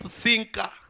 thinker